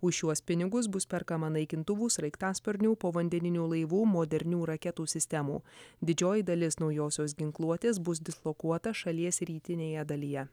už šiuos pinigus bus perkama naikintuvų sraigtasparnių povandeninių laivų modernių raketų sistemų didžioji dalis naujosios ginkluotės bus dislokuota šalies rytinėje dalyje